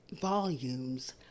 volumes